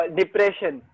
depression